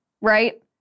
right